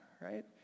right